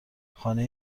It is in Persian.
خانه